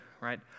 right